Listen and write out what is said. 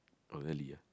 oh really ah